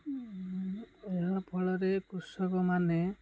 ଏହା ଫଳରେ କୃଷକମାନେ